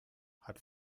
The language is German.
hat